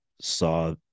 saw